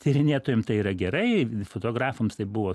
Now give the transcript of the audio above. tyrinėtojam tai yra gerai fotografams tai buvo